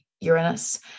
Uranus